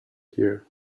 here